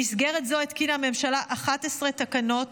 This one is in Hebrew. במסגרת זו התקינה הממשלה 11 תקנות